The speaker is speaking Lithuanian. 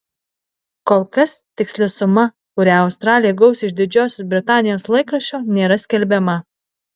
kol kas tiksli suma kurią australė gaus iš didžiosios britanijos laikraščio nėra skelbiama